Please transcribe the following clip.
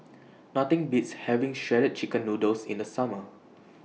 Nothing Beats having Shredded Chicken Noodles in The Summer